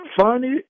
funny